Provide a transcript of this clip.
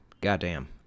goddamn